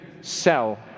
sell